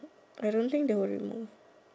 I don't think they will remove